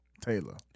Taylor